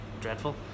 dreadful